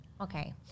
Okay